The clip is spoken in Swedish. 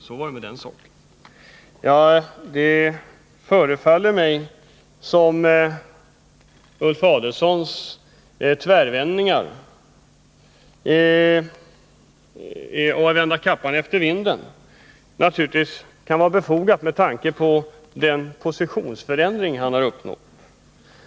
— Så var det med den saken. Ulf Adelsohns tvärvändningar förefaller mig vara att vända kappan efter vinden. Det kan kanske vara befogat med tanke på den positionsförändring han har uppnått.